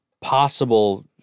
possible